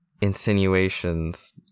insinuations